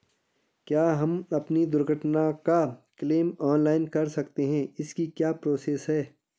क्या हम अपनी दुर्घटना का क्लेम ऑनलाइन कर सकते हैं इसकी क्या प्रोसेस है?